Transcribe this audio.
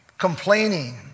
complaining